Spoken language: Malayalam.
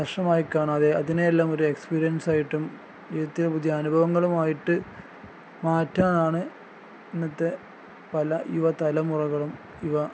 പ്രശ്നമായിക്കാണാതെ അതിനെയെല്ലാം ഒരു എക്സ്പീരിയൻസ് ആയിട്ടും ജീവിതത്തിലെ പുതിയ അനുഭവങ്ങളുമായിട്ട് മാറ്റാനാണ് ഇന്നത്തെ പല യുവ തലമുറകളും യുവ